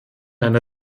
einer